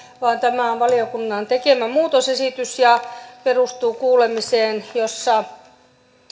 vaan tämä on valiokunnan tekemä muutosesitys ja perustuu kuulemiseen jossa